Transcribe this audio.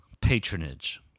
patronage